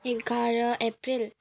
एघार अप्रेल